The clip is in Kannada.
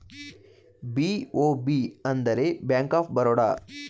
ಬಿ.ಒ.ಬಿ ಅಂದರೆ ಬ್ಯಾಂಕ್ ಆಫ್ ಬರೋಡ